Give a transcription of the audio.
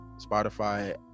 Spotify